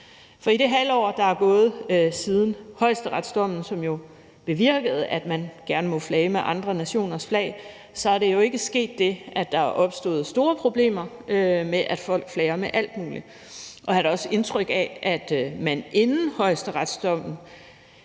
For i det halve år, der er gået, siden højesteretsdommen, som bevirkede, at man gerne må flage med andre nationers flag, så er der jo ikke sket det, at der er opstået store problemer med, at folk flager med alt muligt. Jeg har da også indtryk af, at man i politiet inden højesteretsdommen